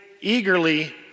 eagerly